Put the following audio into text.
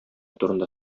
турында